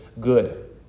good